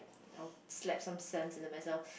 I will slap some sense into myself